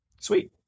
Sweet